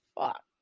Fuck